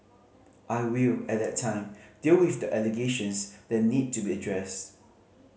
I will at that time deal with the allegations that need to be addressed